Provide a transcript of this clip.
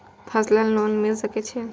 Personal loan मिल सके छे?